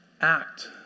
act